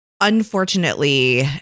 Unfortunately